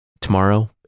Tomorrow